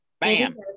Bam